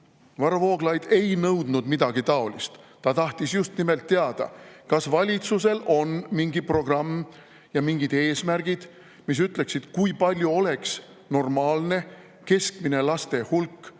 Varro Vooglaid ei nõudnud midagi taolist. Ta tahtis just nimelt teada, kas valitsusel on mingi programm ja mingid eesmärgid, mis ütleksid, kui palju oleks normaalne keskmine laste hulk naise